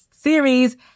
series